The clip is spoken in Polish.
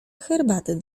herbaty